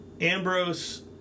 Ambrose